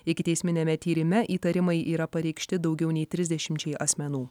ikiteisminiame tyrime įtarimai yra pareikšti daugiau nei trisdešimčiai asmenų